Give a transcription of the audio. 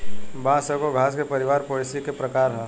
बांस एगो घास के परिवार पोएसी के प्रकार ह